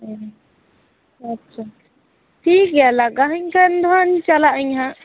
ᱚᱸᱻ ᱟᱪᱪᱷᱟ ᱴᱷᱤᱠ ᱜᱮᱭᱟ ᱞᱟᱜᱟ ᱟᱹᱧ ᱠᱷᱟᱱ ᱫᱚᱦᱟᱜ ᱤᱧ ᱪᱟᱞᱟᱜ ᱟᱹᱧ ᱦᱟᱜ